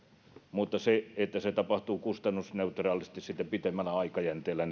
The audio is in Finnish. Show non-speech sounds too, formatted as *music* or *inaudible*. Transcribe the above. mutta ehkä tulee huomoida se että se tapahtuu kustannusneutraalisti pitemmällä aikajänteellä *unintelligible*